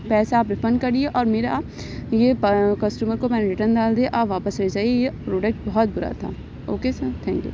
پیسہ آپ ریفنڈ کریے اور میرا یہ کسٹمر کو میں نے ریٹن ڈال دیا ہے آپ واپس لے جائیے یہ پروڈکٹ بہت برا تھا اوکے سر تھینک یو